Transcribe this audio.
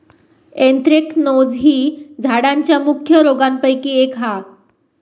anthracnose ही झाडांच्या मुख्य रोगांपैकी एक हा